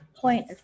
point